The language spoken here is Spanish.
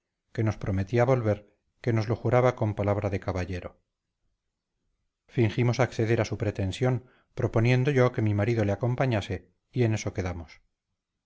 que nos prometía volver que nos lo juraba con palabra de caballero fingimos acceder a su pretensión proponiendo yo que mi marido le acompañase y en eso quedamos